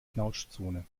knautschzone